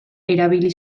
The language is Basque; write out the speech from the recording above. erabili